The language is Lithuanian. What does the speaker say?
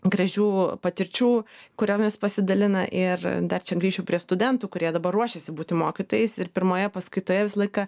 gražių patirčių kuriomis pasidalina ir dar grįšiu prie studentų kurie dabar ruošiasi būti mokytojais ir pirmoje paskaitoje visą laiką